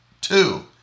Two